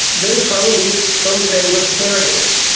they found this some kind of paradise.